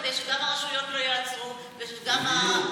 כדי שגם הרשויות לא יעצרו ושגם,